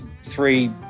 three